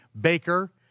baker